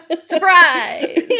Surprise